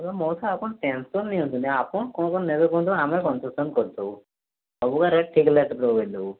ତୁମେ ମଉସା ଆପଣ ଟେନ୍ସନ୍ ନିଅନ୍ତୁନି ଆପଣ କ'ଣ କ'ଣ ନେବେ କୁହନ୍ତୁ ଆମେ କନ୍ସେସନ୍ କରିଦେବୁ ସବୁକା ରେଟ୍ ଠିକ୍ ଲେଖିଦେବୁ ଦେଇଦେବୁ